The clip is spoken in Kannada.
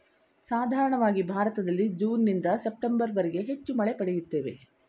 ಸಾಧಾರಣವಾಗಿ ಭಾರತದಲ್ಲಿ ಜೂನ್ನಿಂದ ಸೆಪ್ಟೆಂಬರ್ವರೆಗೆ ಹೆಚ್ಚು ಮಳೆ ಪಡೆಯುತ್ತೇವೆ